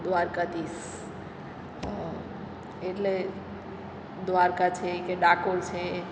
દ્વારકાધીશ એટલે દ્વારકા છે કે ડાકોર છે